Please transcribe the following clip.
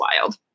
wild